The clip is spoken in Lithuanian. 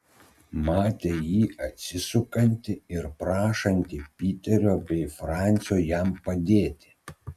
matė jį atsisukantį ir prašantį piterio bei francio jam padėti